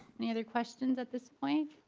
any other questions at this point?